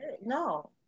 no